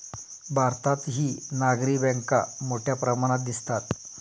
भारतातही नागरी बँका मोठ्या प्रमाणात दिसतात